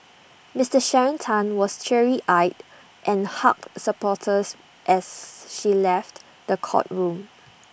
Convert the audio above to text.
Mister Sharon Tan was teary eyed and hugged supporters as she left the courtroom